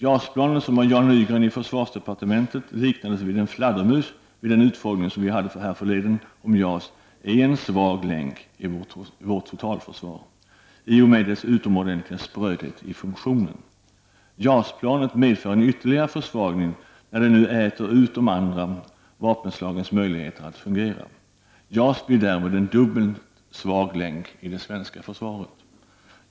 JAS-planet, som av Jan Nygren i försvarsdepartementet liknades vid en fladdermus vid den utfrågning som vi hade härförleden om JAS, är en svag länk i vårt totalförsvar i och med dess utomordentliga sprödhet i funktionen. JAS-planet medför en ytterligare försvagning, när det nu äter ut de andra vapenslagens möjligheter att fungera. JAS blir därmed en dubbelt svag länk i det svenska försvaret.